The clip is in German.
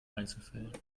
einzelfällen